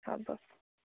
হ'ব